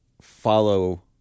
follow